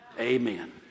amen